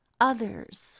others